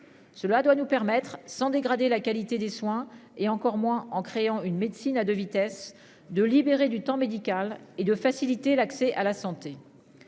Cela doit nous permettre sans dégrader la qualité des soins et encore moins en créant une médecine à 2 vitesses de libérer du temps médical et de faciliter l'accès à la santé.